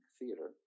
Theater